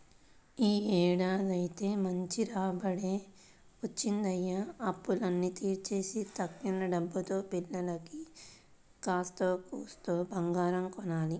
యీ ఏడాదైతే మంచి రాబడే వచ్చిందయ్య, అప్పులన్నీ తీర్చేసి తక్కిన డబ్బుల్తో పిల్లకి కాత్తో కూత్తో బంగారం కొనాల